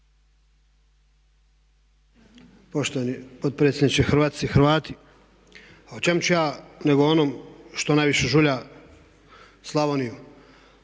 Poštovani potpredsjedniče, Hrvatice i Hrvati o čemu ću ja nego o onom što najviše žulja Slavoniju.